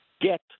Get